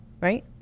right